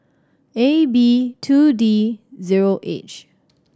A B two D zero H